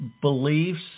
beliefs